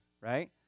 right